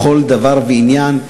לכל דבר ועניין.